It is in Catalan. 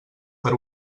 per